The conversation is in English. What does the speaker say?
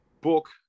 Book